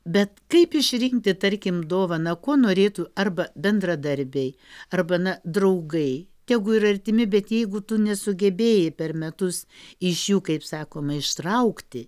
bet kaip išrinkti tarkim dovaną ko norėtų arba bendradarbiai arba na draugai tegu ir artimi bet jeigu tu nesugebėjai per metus iš jų kaip sakoma ištraukti